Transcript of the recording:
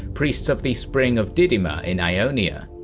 priests of the spring of didymae in ionia.